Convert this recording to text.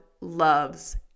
loves